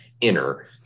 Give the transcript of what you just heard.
inner